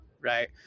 right